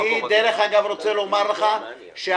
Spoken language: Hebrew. אני רוצה לומר לך שהעיריות